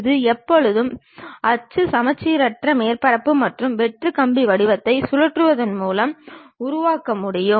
இது எப்போதும் அச்சு சமச்சீரற்ற மேற்பரப்பு மற்றும் வெற்று கம்பி வடிவத்தை சுழற்றுவதன் மூலம் உருவாக்க முடியும்